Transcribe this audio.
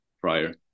prior